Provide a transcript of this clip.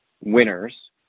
winners